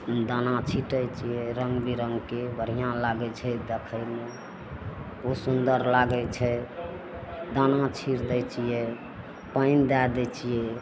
दाना छिटै छिए रङ्गबिरङ्गके बढ़िआँ लागै छै देखैमे बहुत सुन्दर लागै छै दाना छिटि दै छिए पानि दै दइ छिए